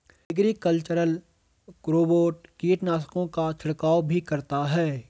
agricultural robot कीटनाशकों का छिड़काव भी करता है